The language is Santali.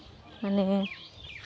ᱢᱟᱱᱮ